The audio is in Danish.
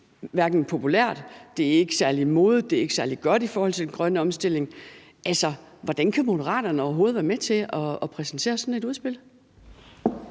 er populært, at det ikke er særlig modigt, og at det ikke er særlig godt i forhold til den grønne omstilling. Altså, hvordan kan Moderaterne overhovedet være med til at præsentere sådan et udspil?